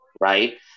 Right